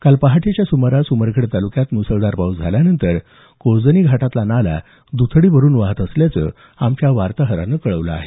काल पहाटेच्या सुमारास उमरखेड तालुक्यात म्सळधार पाऊस झाल्यानंतर कोसदनी घाटातला नाला दथडी भरून वाहत असल्याचं आमच्या वार्ताहरानं कळवलं आहे